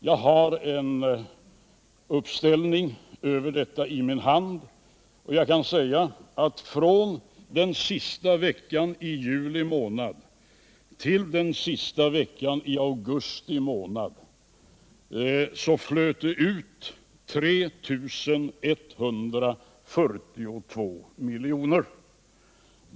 Jag har en uppställning över detta i min hand, och jag kan säga att från den sista veckan i juli månad till den sista veckan i augusti månad så flöt det ut 3 142 milj.kr. ur landet.